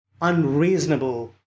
unreasonable